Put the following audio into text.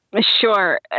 Sure